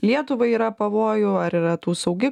lietuvai yra pavojų ar yra tų saugi